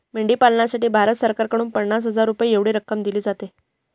मेंढी पालनासाठी भारत सरकारकडून पन्नास हजार रुपये एवढी रक्कम दिली जाते